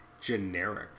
generic